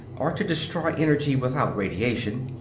or to destroy energy without radiation.